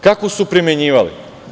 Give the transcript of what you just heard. Kako su primenjivali?